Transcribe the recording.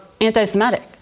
anti-Semitic